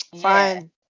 Fine